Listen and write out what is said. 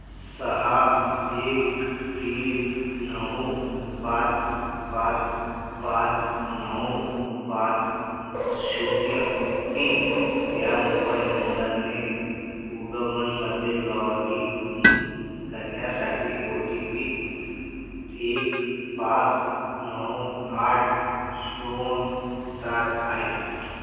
सहा एक तीन नऊ पाच पाच पाच नऊ पाच शून्य तीन या मोबाईल नंबरने उमंगमध्ये लॉगिन इन् करण्यासाठी ओ टी पी एक पाच नऊ आठ श दोन सात आहे